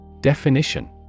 Definition